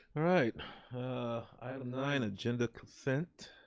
all right item nine, agenda consent.